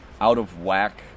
out-of-whack